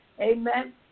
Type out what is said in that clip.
Amen